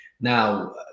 now